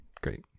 Great